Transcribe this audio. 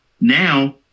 Now